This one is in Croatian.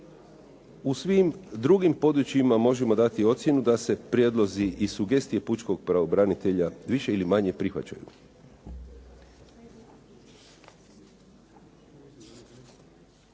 U svim drugim područjima možemo dati ocjenu da se prijedlozi i sugestije pučkog pravobranitelja više ili manje prihvaćaju.